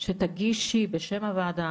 שתגישי בשם הוועדה,